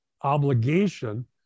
obligation